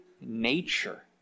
nature